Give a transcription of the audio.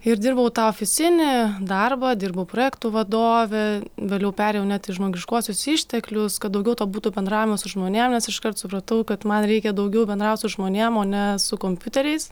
ir dirbau tą ofisinį darbą dirbau projektų vadove vėliau perėjau net į žmogiškuosius išteklius kad daugiau to būtų bendravimo su žmonėm nes iškart supratau kad man reikia daugiau bendraut su žmonėm o ne su kompiuteriais